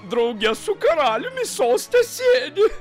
drauge su karaliumi soste sėdi